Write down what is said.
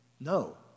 No